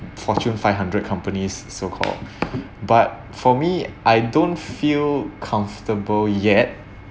fortune five hundred companies so called but for me I don't feel comfortable yet